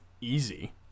easy